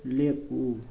ꯂꯦꯞꯄꯨ